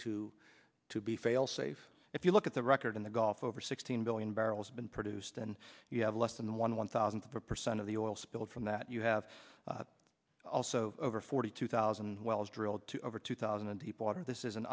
two to be failsafe if you look at the record in the gulf over sixteen billion barrels been produced and you have less than one one thousandth of a percent of the oil spilled from that you have also over forty two thousand wells drilled to over two thousand and people order this is an